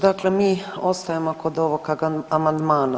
Dakle, mi ostajemo kod ovog amandmana.